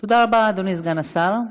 תודה רבה, אדוני סגן השר.